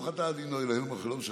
הוא כבר גומר.